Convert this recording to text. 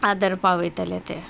आदर पावयतले ते